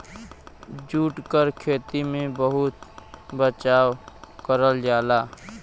jute क खेती में बहुत बचाव करल जाला